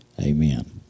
Amen